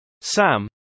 Sam